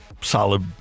solid